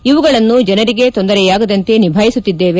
ಇವುಗಳನ್ನು ಜನರಿಗೆ ತೊಂದರೆಯಾಗದಂತೆ ನಿಭಾಯಿಸುತ್ತಿದ್ದೇವೆ